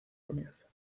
comienza